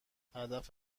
هدف